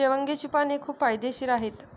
शेवग्याची पाने खूप फायदेशीर आहेत